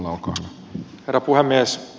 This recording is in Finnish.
herra puhemies